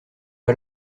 pas